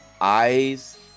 eyes